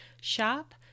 shop